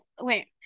wait